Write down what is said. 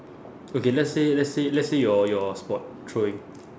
okay let's say let's say let's say your your sport throwing